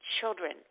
children